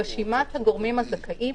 רשימת הגורמים הזכאים